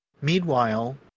Meanwhile